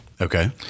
Okay